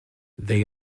they